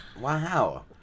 Wow